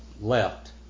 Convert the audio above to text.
left